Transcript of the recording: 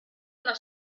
una